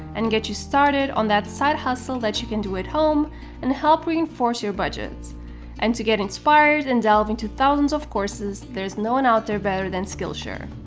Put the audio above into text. and get you started on that side-hustle that you can do at home and help reinforce your budget and to get inspired and delve into thousands of courses, there's no one out there better than skillshare.